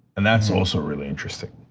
and that's also really interesting.